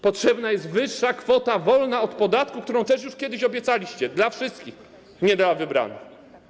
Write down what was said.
Potrzebna jest wyższa kwota wolna od podatku, którą też już kiedyś obiecaliście, dla wszystkich, nie dla wybranych.